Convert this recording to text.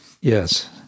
yes